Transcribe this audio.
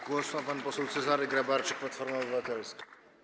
Głos ma pan poseł Cezary Grabarczyk, Platforma Obywatelska.